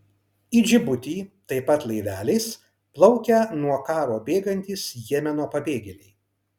į džibutį taip pat laiveliais plaukia nuo karo bėgantys jemeno pabėgėliai